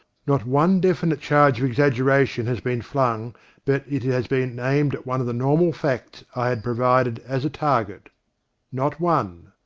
not one definite charge of exaggeration has been flung but it has been aimed at one of the normal facts i had provided as a target not one.